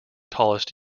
tallest